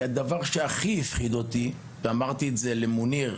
כי הדבר שהפחיד אותי הכי וגם שיתפתי בזה את מוניר,